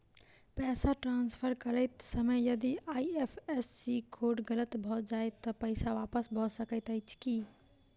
पैसा ट्रान्सफर करैत समय यदि आई.एफ.एस.सी कोड गलत भऽ जाय तऽ पैसा वापस भऽ सकैत अछि की?